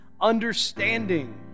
understanding